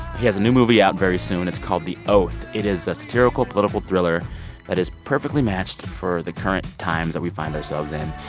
he has a new movie out very soon. it's called the oath it is a satirical political thriller that is perfectly matched for the current times that we find ourselves in.